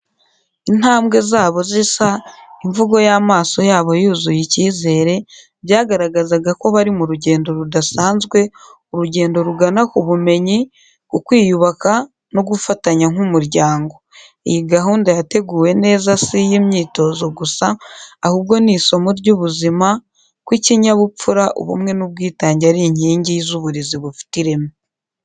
Intambwe zabo zisa, imvugo y’amaso yabo yuzuye icyizere, byagaragazaga ko bari mu rugendo rudasanzwe; urugendo rugana ku bumenyi, ku kwiyubaka no ku gufatanya nk’umuryango. Iyi gahunda yateguwe neza si iy’imyitozo gusa, ahubwo ni isomo ry’ubuzima: ko ikinyabupfura, ubumwe n’ubwitange ari inkingi z’uburezi bufite ireme.